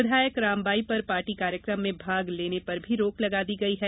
विधायक रामबाई पर पार्टी कार्यक्रम में भाग लेने पर भी रोक लगा दी गई है